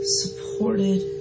supported